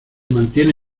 mantiene